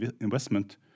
investment